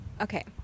Okay